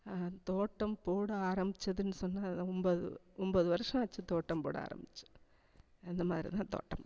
தோட்டம் போட ஆரம்பிச்சதுன்னு சொன்னால் அது தான் ஒன்பது ஒன்பது வருஷம் ஆச்சு தோட்டம் போட ஆரம்பிச்சு அந்த மாதிரி தான் தோட்டம் போட்டேன்